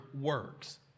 works